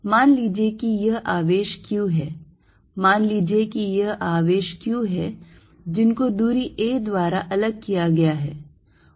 मान लीजिए कि यह आवेश Q है मान लीजिए कि यह आवेश Q है जिनको दूरी a द्वारा अलग किया गया है